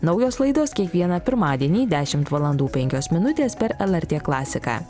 naujos laidos kiekvieną pirmadienį dešimt valandų penkios minutės per lrt klasiką